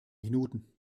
minuten